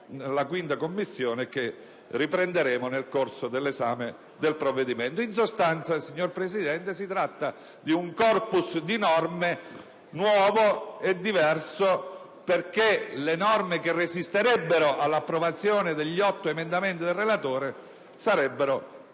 in 5a Commissione e che riprenderemo nel corso dell'esame del provvedimento. Signor Presidente, si tratta, in sostanza, di un *corpus* di norme nuovo e diverso, perché le norme che resisterebbero all'approvazione degli otto emendamenti del relatore sarebbero